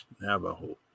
Navajo